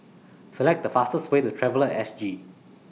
Select The fastest Way to Traveller At S G